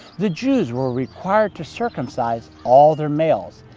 the jews were required to circumcise all their males.